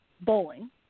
bowling